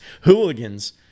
hooligans